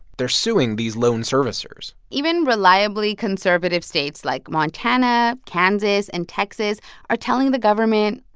they're suing these loan servicers even reliably conservative states like montana, kansas and texas are telling the government,